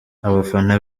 abafana